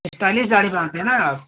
stylish दाढ़ी बनाते हैं न आप